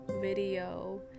video